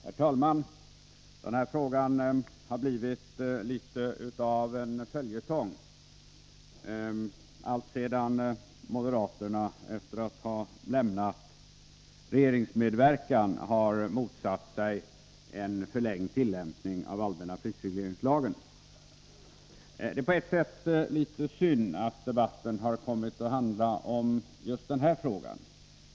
Herr talman! Denna fråga har blivit litet av en följetong, eftersom moderaterna efter att ha lämnat regeringen har motsatt sig en förlängd tillämpning av allmänna prisregleringslagen. Det är på ett sätt litet synd att debatten har kommit att handla om just denna fråga.